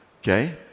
Okay